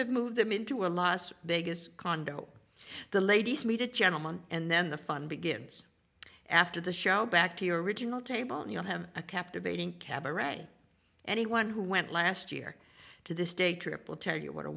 have moved them into a las vegas condo the ladies meet a gentleman and then the fun begins after the show back to your original table and you'll have a captivating cabaret anyone who went last year to this day trip will tell you what a